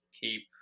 keep